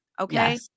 Okay